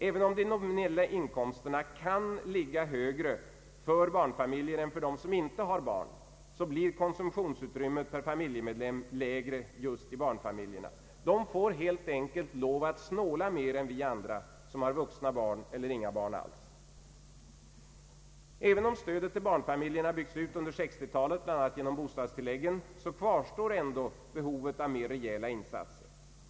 Även om de nominella inkomsterna kan ligga högre för barnfamiljer än för dem som inte har barn, så blir konsumtionsutrymmet per familjemedlem lägre just i barnfamiljer. De får helt enkelt lov att snåla mer än vi andra som har vuxna barn eller inga barn alls. Även om stödet till barnfamiljerna byggts ut under 1960-talet, bl.a. genom bostadstilläggen, kvarstår ändå behovet av rejäla insatser.